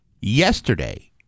Yesterday